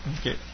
Okay